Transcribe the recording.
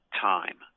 time